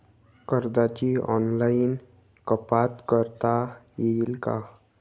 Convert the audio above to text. कर्जाची ऑनलाईन कपात करता येईल का?